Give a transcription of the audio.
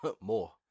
more